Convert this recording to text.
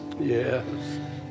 Yes